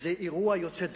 זה אירוע יוצא דופן,